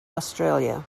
australia